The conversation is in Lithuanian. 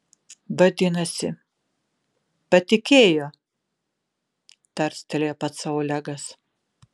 vadinasi patikėjo tarstelėjo pats sau olegas